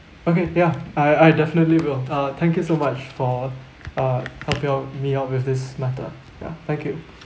okay ya I I definitely will uh thank you so much for uh helping out me out with this matter ya thank you